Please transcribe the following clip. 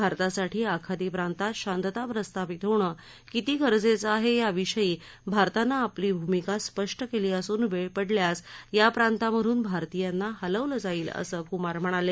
भारतासाठी आखाती प्रातांत शांतता प्रस्थापित होणं किती गरजेचं आहे याविषयी भारतानं आपली भ्मिका स्पष्ट केली असून वेळ पडल्यास या प्रातांमधून भारतीयांना हलवलं जाईल असं कुमार म्हणाले